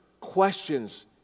questions